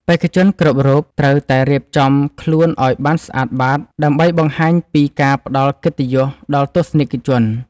បេក្ខជនគ្រប់រូបត្រូវតែរៀបចំខ្លួនឱ្យបានស្អាតបាតដើម្បីបង្ហាញពីការផ្ដល់កិត្តិយសដល់ទស្សនិកជន។